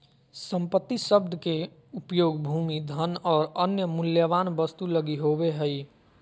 संपत्ति शब्द के उपयोग भूमि, धन और अन्य मूल्यवान वस्तु लगी होवे हइ